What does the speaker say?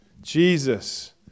Jesus